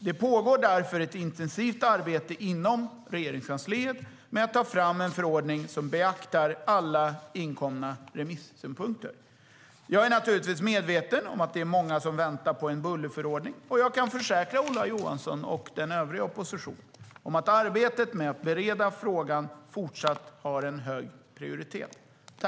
Det pågår därför ett intensivt arbete inom Regeringskansliet med att ta fram en förordning som beaktar alla inkomna remissynpunkter.